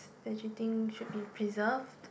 that you think should be preserved